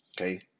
okay